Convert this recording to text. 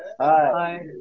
Hi